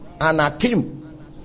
Anakim